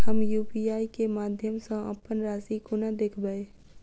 हम यु.पी.आई केँ माध्यम सँ अप्पन राशि कोना देखबै?